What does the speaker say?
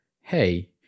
hey